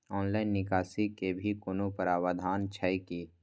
Online निकासी के भी कोनो प्रावधान छै की?